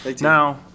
Now